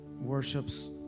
worships